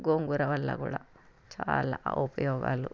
గోంగూర వల్ల కూడా చాలా ఉపయోగాలు